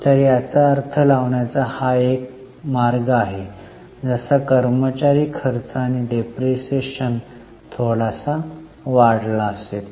तर याचा अर्थ लावण्याचा हा एक मार्ग आहे जसा कर्मचारी खर्च आणि डेप्रिसिएशन थोडासा वाढला असेल